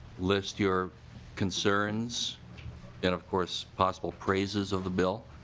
list you r concerns and of course possible prices of the bill.